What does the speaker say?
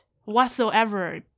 whatsoever